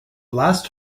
last